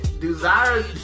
Desire